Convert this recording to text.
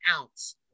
ounce